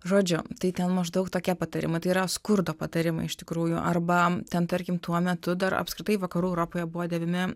žodžiu tai ten maždaug tokie patarimai tai yra skurdo patarimai iš tikrųjų arba ten tarkim tuo metu dar apskritai vakarų europoje buvo dėvimi